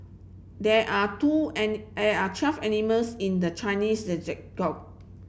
there are two there are twelve animals in the Chinese